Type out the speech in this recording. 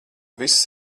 viss